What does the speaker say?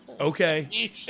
Okay